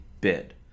bid